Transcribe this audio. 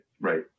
Right